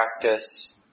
practice